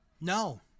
no